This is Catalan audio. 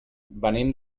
venim